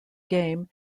game